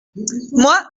moi